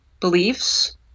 beliefs